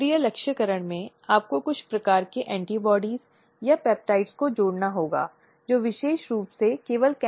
समय अवधि जो उस प्रस्ताव के लिए रखी गई है ऐसी अपील 90 दिनों के भीतर होनी चाहिए क्योंकि निर्णय आंतरिक शिकायत समुदाय द्वारा दिया गया है